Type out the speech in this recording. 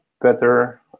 better